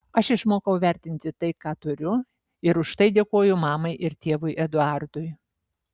aš išmokau vertinti tai ką turiu ir už tai dėkoju mamai ir tėvui eduardui